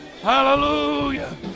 Hallelujah